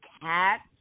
cats